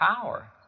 power